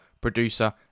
producer